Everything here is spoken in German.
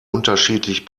unterschiedlich